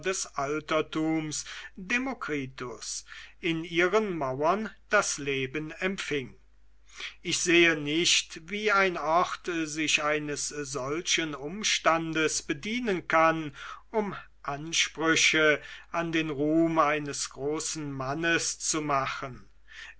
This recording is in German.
des altertums demokritus in ihren mauern das leben empfing ich sehe nicht wie ein ort sich eines solchen umstandes bedienen kann um ansprüche an den ruhm eines großen mannes zu machen